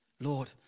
Lord